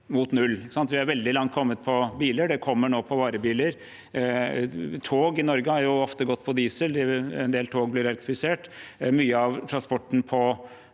kommet veldig langt på biler, og det kommer nå på varebiler. Tog i Norge har ofte gått på diesel – en del tog blir elektrifisert. Mye av transporten på